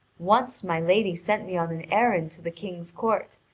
once my lady sent me on an errand to the king's court,